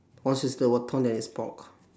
what ton that is pork